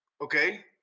Okay